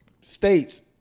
States